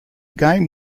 game